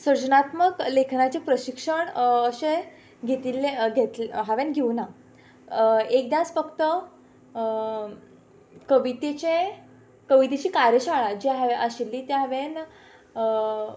सृजनात्मक लेखनाचें प्रशिक्षण अशें घेतिल्लें घेति हांवें घेवना एकदांच फक्त कवितेचें कवितेची कार्यशाळा जी हांवें आशिल्ली ती हांवें